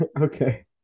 Okay